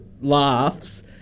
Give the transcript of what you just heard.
laughs